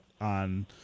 on